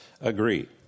agree